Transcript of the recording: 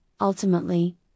ultimately